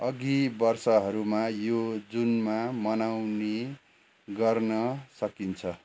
अघि वर्षहरूमा यो जुनमा मनाउने गर्न सकिन्छ